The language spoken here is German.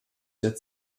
der